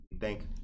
thank